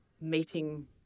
meeting